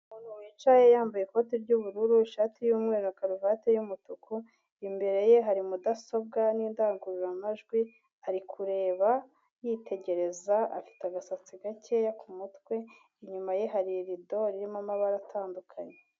Umuntu wicaye yambaye ikoti ry'ubururu ishati y'umweru karuvati y'umutuku, imbere ye hari mudasobwa n'indangururamajwi, ari kureba yitegereza, afite agasatsi gake ku mutwe, inyuma ye hari irido ririmo amabara atandukanye.